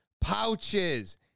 pouches